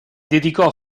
dedicò